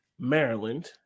Maryland